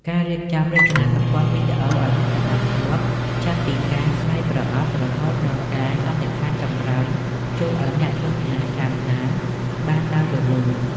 ការរៀបចំរចនាសម្ព័ន្ធវីដេអូឱ្យមានសណ្តាប់ធ្នាប់ ចាប់ពីការស្រាយប្រអប់ រហូតដល់ការសន្និដ្ឋានចុងក្រោយ ជួយឱ្យអ្នកទស្សនាតាមដានបានដោយរលូន។